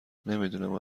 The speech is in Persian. نمیدونم